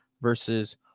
Versus